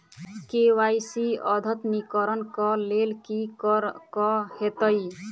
KYC अद्यतनीकरण कऽ लेल की करऽ कऽ हेतइ?